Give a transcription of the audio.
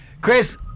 Chris